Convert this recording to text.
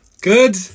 Good